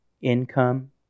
income